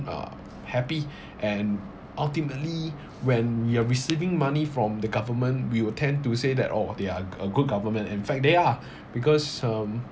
uh happy and ultimately when we are receiving money from the government we will tend to say that oh they are g~ a good government in fact they are because um